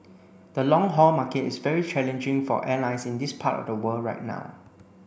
the long haul market is very challenging for airlines in this part of the world right now